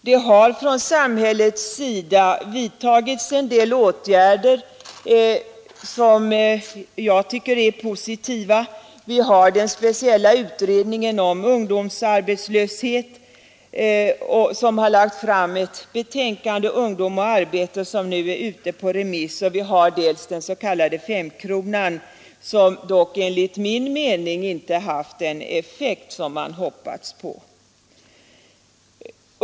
Det har från samhällets sida vidtagits en del åtgärder som jag tycker är positiva. Vi har den speciella utredningen om ungdomsarbetslöshet som har lagt fram betänkandet Ungdom och arbete, som nu är ute på remiss, och vi har den s.k. femkronan som dock enligt min mening inte haft den effekt som man hoppats på.